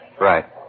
Right